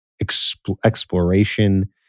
exploration